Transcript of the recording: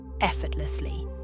effortlessly